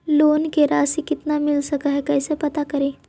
Loan के रासि कितना मिल सक है कैसे पता करी?